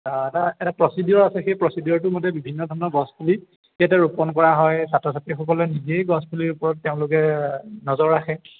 এটা এটা প্ৰচিডিঅ'ৰ আছে সেই প্ৰচিডিঅ'ৰটোৰ মতে বিভিন্ন ধৰণৰ গছপুলি ইয়াতে ৰোপণ কৰা হয় ছাত্ৰ ছাত্ৰীসকলে নিজেই গছপুলিৰ ওপৰত তেওঁলোকে নজৰ ৰাখে